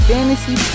Fantasy